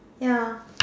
ya